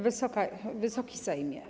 Wysoki Sejmie!